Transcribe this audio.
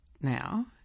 now